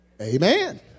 Amen